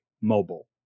mobile